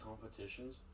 competitions